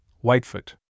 Whitefoot